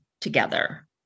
together